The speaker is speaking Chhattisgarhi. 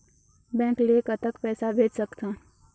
बैंक ले कतक पैसा भेज सकथन?